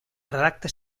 redacta